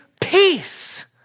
peace